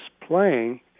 playing